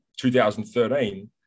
2013